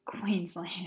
Queensland